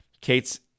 Kate's